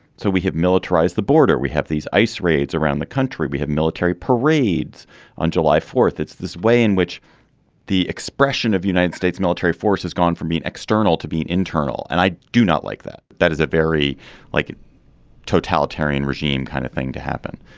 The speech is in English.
so we have militarized the border we have these ice raids around the country. we have military parades on july fourth. it's this way in which the expression of united states military force has gone from being external to being internal. and i do not like that that is a very like totalitarian regime kind of thing to happen.